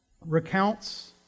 recounts